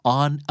on